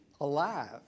alive